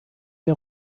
der